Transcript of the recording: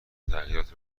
تغییرات